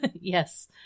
Yes